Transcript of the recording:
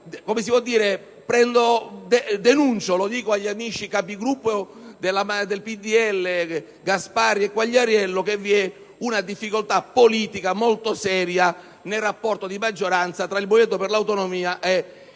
convinzione. Io denuncio ‑ lo dico agli amici Capigruppo del PdL, Gasparri e Quagliariello - che vi è una difficoltà politica molto seria nel rapporto di maggioranzatra il Movimento per le Autonomie e il